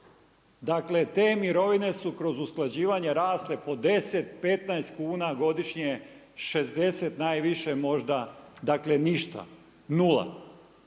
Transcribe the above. Dakle te mirovine su kroz usklađivanje rasle po 10, 15 kuna godišnje 60 najviše možda dakle ništa, nula.